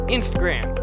Instagram